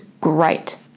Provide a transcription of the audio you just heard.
great